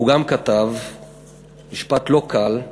והוא גם כתב משפט לא קל: